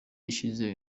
ishize